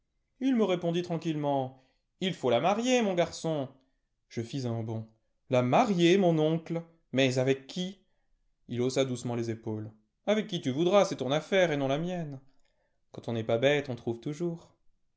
il me répondit tranquillement ii faut la marier mon garçon je fis un bond la marier mon oncle mais avec qui ii haussa doucement les épaules avec qui tu voudras c'est ton affaire et non la mienne quand on n'est pas bête on trouve toujours